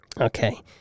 Okay